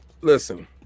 Listen